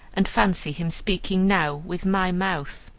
and fancy him speaking now with my mouth.